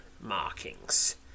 markings